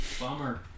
Bummer